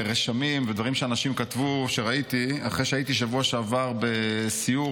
רשמים ודברים שאנשים כתבו או שראיתי אחרי שהייתי בשבוע שעבר בסיור